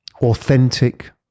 authentic